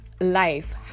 life